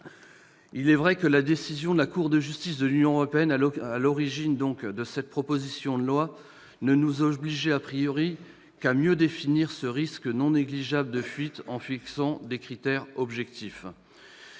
Il est vrai que la décision de la Cour de justice de l'Union européenne à l'origine de cette proposition de loi ne nous obligeait qu'à mieux définir ce risque non négligeable de fuite en fixant des critères objectifs.